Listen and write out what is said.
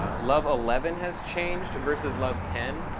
ah love eleven has changed versus love ten.